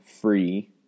free